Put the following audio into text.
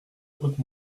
hautes